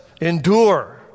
endure